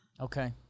Okay